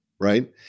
right